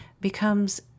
becomes